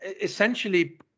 essentially